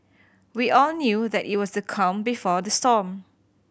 we all knew that it was the calm before the storm